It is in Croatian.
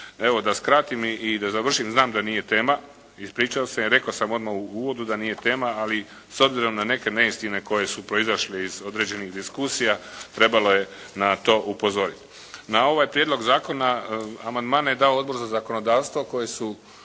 Evo da skratim i da završim, znam da nije tema. Ispričavam se. Rekao sam odmah u uvodu da nije tema, ali s obzirom na neke neistine koje su proizašle iz određenih diskusija trebalo je na to upozoriti. Na ovaj prijedlog zakona, amandmane je dao Odbor za zakonodavstvo koji su